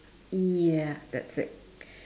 ya that's it